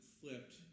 flipped